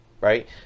right